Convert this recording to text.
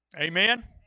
Amen